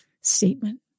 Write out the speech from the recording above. statement